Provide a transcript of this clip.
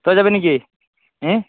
তই যাবি নেকি